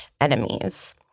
enemies